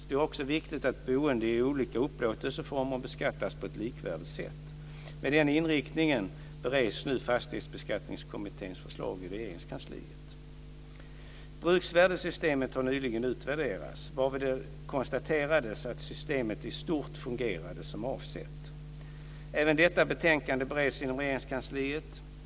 Det är också viktigt att boende i olika upplåtelseformer beskattas på ett likvärdigt sätt. Med den inriktningen bereds nu Fastighetsbeskattningskommitténs förslag inom Regeringskansliet. Bruksvärdessystemet har nyligen utvärderats, varvid det konstaterades att systemet i stort sett fungerar som avsett. Även detta betänkande bereds inom Regeringskansliet.